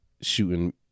shooting